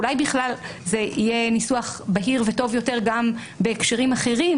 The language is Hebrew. אולי בכלל זה יהיה ניסוח בהיר וטוב יותר גם בהקשרים אחרים,